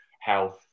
health